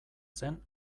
zen